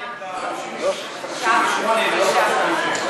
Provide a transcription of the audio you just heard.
60. גם הסתייגות לחלופין (ה)